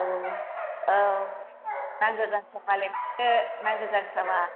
औ औ नांगालजांख्राबा लिंहरदो नांगालजांख्राबा